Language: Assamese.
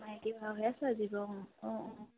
মাইকী ভাওহে চাজিব অঁ অঁ অঁ